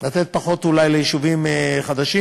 אולי לתת פחות ליישובים חדשים.